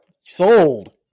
sold